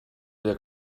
der